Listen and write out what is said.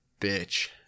bitch